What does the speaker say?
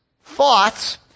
thoughts